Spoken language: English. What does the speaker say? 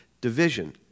division